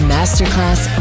Masterclass